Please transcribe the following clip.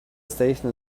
station